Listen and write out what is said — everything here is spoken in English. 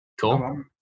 Cool